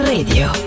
Radio